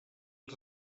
els